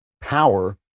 power